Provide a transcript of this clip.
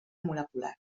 molecular